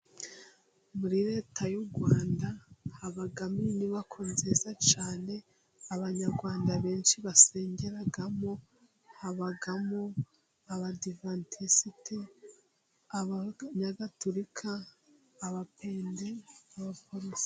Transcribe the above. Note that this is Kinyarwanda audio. Muri leta y'u Rwanda habamo inyubako nziza cyane, Abanyarwanda benshi basengeramo, habamo abadiventisiti, abanyagatulika, abapende n'abaporoso.